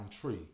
tree